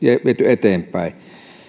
viety eteenpäin